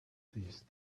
these